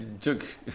took